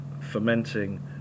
fermenting